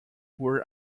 were